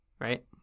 right